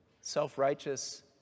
self-righteous